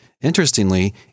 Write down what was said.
Interestingly